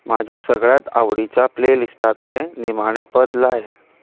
म्हज्या सगळ्यांत आवडीच्या प्लेलिस्टांतले निमाणें पद लाय